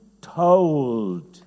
told